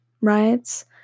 riots